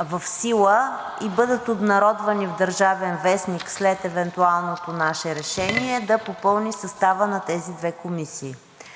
в сила и бъдат обнародвани в „Държавен вестник“ след евентуалното наше решение, да се попълни съставът на тези две комисии.